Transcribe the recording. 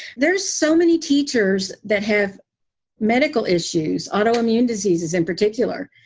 there's so many teachers that have medical issues, autoimmune diseases in particular,